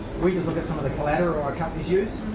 we just look at some of the collateral our companies use,